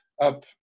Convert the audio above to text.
up